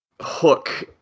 hook